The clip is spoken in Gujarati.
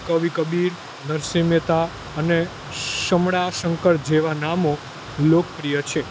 કવિ કબીર નરસિંહ મહેતા અને શામળા શંકર જેવાં નામો લોકપ્રિય છે